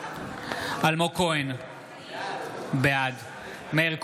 אלמוג כהן, בעד מאיר כהן,